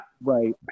Right